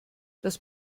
das